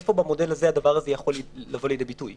איפה במודל הזה הדבר הזה יכול לבוא לידי ביטוי?